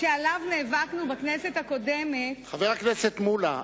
שעליו נאבקנו בכנסת הקודמת, חבר הכנסת מולה,